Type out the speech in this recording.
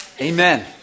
Amen